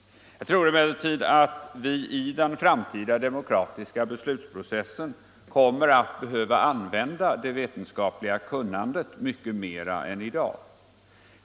Jag tror emellertid att vi i den framtida demokratiska beslutsprocessen kommer att behöva använda det vetenskapliga kunnandet mycket mera än i dag.